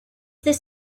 this